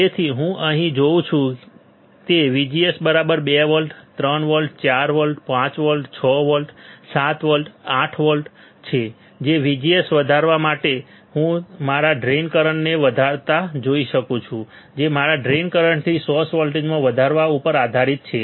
તેથી હું અહીં જે જોઉં છું તે VGS 2 volt 3 volt 4 volt 5 volt 6 volt 7 volt 8 volt છે જે VGS વધારવા માટે છે હું મારા ડ્રેઇન કરંટને વધતા જોઈ શકું છું જે મારા ડ્રેઇન થી સોર્સ વોલ્ટેજમાં વધારવા ઉપર આધારીત છે